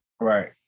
Right